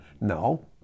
No